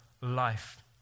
life